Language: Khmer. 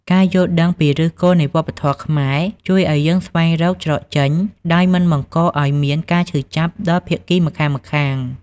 ការយល់ដឹងពីឫសគល់នៃវប្បធម៌ខ្មែរ ជួយឱ្យយើងស្វែងរកច្រកចេញដោយមិនបង្កឱ្យមានការឈឺចាប់ដល់ភាគីម្ខាងៗ។